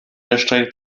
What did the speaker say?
erstreckt